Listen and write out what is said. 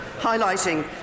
highlighting